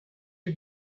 you